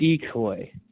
decoy